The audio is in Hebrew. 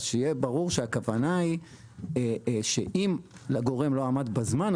אז שיהיה ברור שהכוונה היא שאם הגורם לא עמד בזמן,